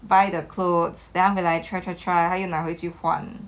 buy the clothes then after that try try try 他又拿回去换